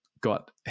got